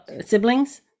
Siblings